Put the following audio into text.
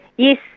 Yes